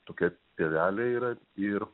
tokia pievelė yra ir